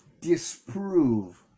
disprove